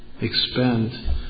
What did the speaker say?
expand